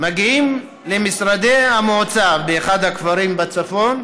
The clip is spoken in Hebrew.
מגיעים למשרדי המועצה באחד הכפרים בצפון,